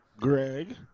Greg